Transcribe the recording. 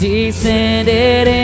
Descended